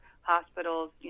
Hospitals